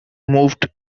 moved